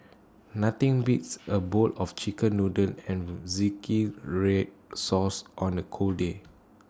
nothing beats A bowl of Chicken Noodles and Zingy Red Sauce on A cold day